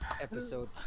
episode